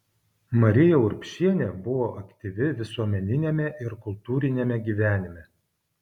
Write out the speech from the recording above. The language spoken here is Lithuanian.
marija urbšienė buvo aktyvi visuomeniniame ir kultūriniame gyvenime